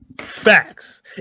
Facts